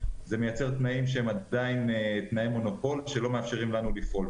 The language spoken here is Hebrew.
זה מייצר תנאים שהם עדיין תנאי מונופול שלא מאפשרים לנו לפעול,